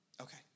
Okay